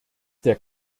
der